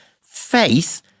faith